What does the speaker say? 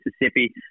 Mississippi